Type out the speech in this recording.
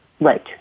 Right